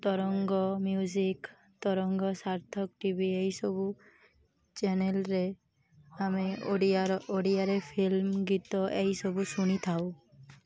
ତରଙ୍ଗ music Tarang Sarthak T V ଏହିସବୁ ଚ୍ୟାନେଲ୍ରେ ଆମେ ଓଡ଼ିଆର ଓଡ଼ିଆରେ ଫିଲ୍ମ ଗୀତ ଏହିସବୁ ଶୁଣି ଥାଉ